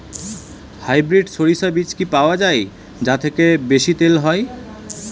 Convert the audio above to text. Hybrid শরিষা বীজ কি পাওয়া য়ায় যা থেকে বেশি তেল হয়?